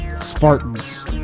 Spartans